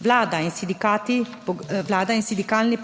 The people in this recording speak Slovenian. Vlada in sindikalni